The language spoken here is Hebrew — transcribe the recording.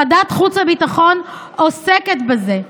ועדת חוץ וביטחון עוסקת בזה,